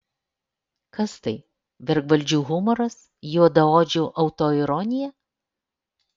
kas tai vergvaldžių humoras juodaodžių autoironija